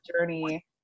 journey